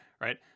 right